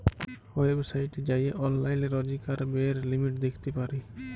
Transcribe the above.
ওয়েবসাইটে যাঁয়ে অললাইল রজকার ব্যয়ের লিমিট দ্যাখতে পারি